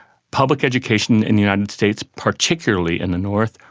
public education in the united states, particularly in the north,